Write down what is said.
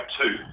two